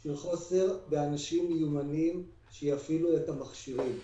של חוסר באנשים מיומנים שיפעילו את המכשירים.